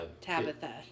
Tabitha